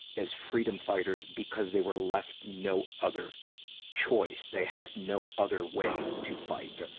as freedom fighters because they were left no other choice. they had no other way to fight.